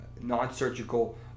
non-surgical